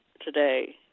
today